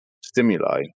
stimuli